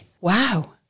Wow